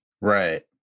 Right